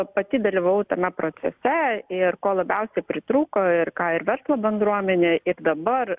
pati dalyvavau tame procese ir ko labiausiai pritrūko ir ką ir verslo bendruomenė ir dabar